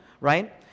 right